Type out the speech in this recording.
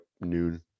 noon